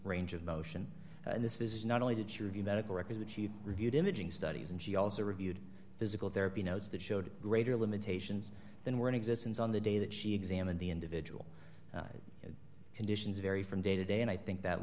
range of motion in this business only did she review medical records achieve reviewed imaging studies and she also reviewed physical therapy notes that showed greater limitations than were in existence on the day that she examined the individual conditions vary from day to day and i think that